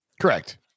Correct